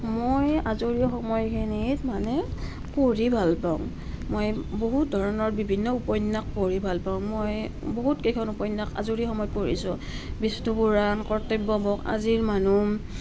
মই আজৰি সময়খিনিত মানে পঢ়ি ভাল পাওঁ মই বহুত ধৰণৰ বিভিন্ন উপন্যাস পঢ়ি ভাল পাওঁ মই বহুত কেইখন উপন্যাস আজৰি সময়ত পঢ়িছোঁ বিষ্ণু পুৰাণ কৰ্তব্যমুখ আজিৰ মানুহ